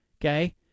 okay